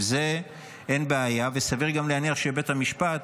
עם זה אין בעיה, וסביר גם להניח שבית המשפט